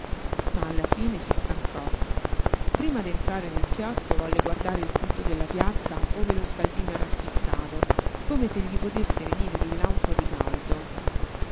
ma alla fine si stancò prima d'entrare nel chiosco volle guardare il punto della piazza ove lo scaldino era schizzato come se gli potesse venire di là un po di caldo